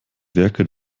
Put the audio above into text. werke